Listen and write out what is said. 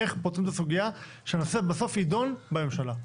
איך פותרים את הסוגיה שהנושא בסוף ידון בממשלה?